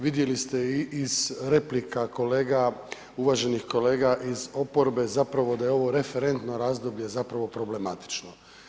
Vidjeli ste i iz replika kolega, uvaženih kolega iz oporbe zapravo da je ovo referentno razdoblje zapravo problematično.